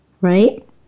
right